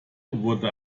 wurde